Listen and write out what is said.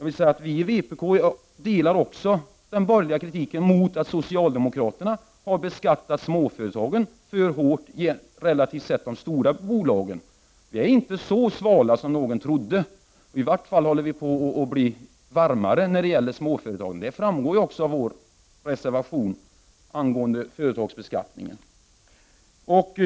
Vi i vpk instämmer också i den borgerliga kritiken mot att socialdemokraterna har beskattat småföretagen alltför hårt i förhållande till de stora bolagen. Vi är inte så svala som någon trodde. I varje fall håller vi på att bli varmare när det gäller småföretagen. Det framgår också av vår reservation angående företagsbeskattningen.